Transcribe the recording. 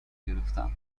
گرفتم